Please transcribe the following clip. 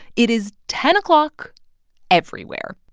it is ten o'clock everywhere.